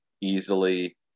easily